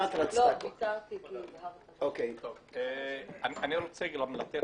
עבד אל חכים חאג' יחיא (הרשימה המשותפת): אני רוצה לתת